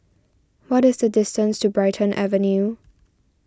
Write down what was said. what is the distance to Brighton Avenue